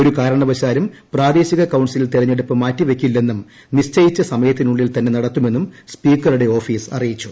ഒരു കാരണവശാലും പ്രാദേശിക കൌൺസിൽ തെരഞ്ഞെടുപ്പ് മാറ്റിവയ്ക്കില്ലെന്നും നിശ്ചയിച്ച സമയത്തിനുള്ളിൽ തന്നെ നടത്തുമെന്നും സ്പീക്കറുടെ ഓഫീസ് അറിയിച്ചു